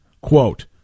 Quote